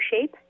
shape